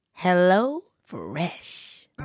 HelloFresh